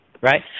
Right